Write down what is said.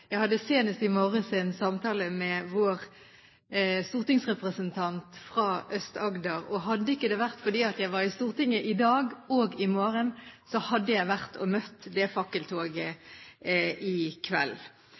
Jeg hadde senest i morges en samtale med vår stortingsrepresentant fra Aust-Agder, og hadde det ikke vært for at jeg er i Stortinget i dag og i morgen, hadde jeg vært og møtt fakkeltoget i kveld.